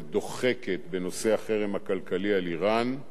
ודוחקת בנושא החרם הכלכלי על אירן.